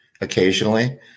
occasionally